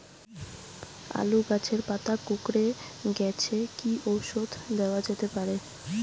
আলু গাছের পাতা কুকরে গেছে কি ঔষধ দেওয়া যেতে পারে?